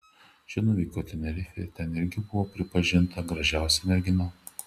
ši nuvyko į tenerifę ir ten irgi buvo pripažinta gražiausia mergina